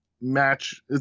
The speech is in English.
match